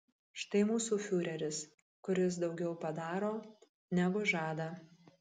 štai mūsų fiureris kuris daugiau padaro negu žada